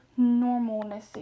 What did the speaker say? normalness